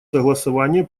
согласования